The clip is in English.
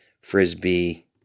frisbee